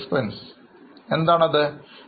ഇപ്പോൾ ഈ ഇനം എന്താണ് അർത്ഥമാക്കുന്നത്